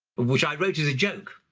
which i wrote as a joke,